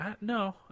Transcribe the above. No